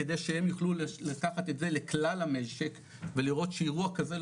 כדי שהם יוכלו לקחת את זה לכלל המשק ולראות שאירוע כזה,